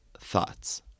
thoughts